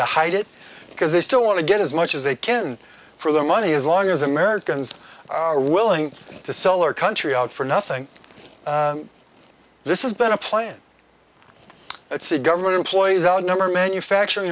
to hide it because they still want to get as much as they can for their money as long as americans are willing to sell our country out for nothing this is been a plan that's a government employees outnumber manufacturing